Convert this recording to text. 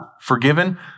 forgiven